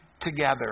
together